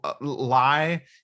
lie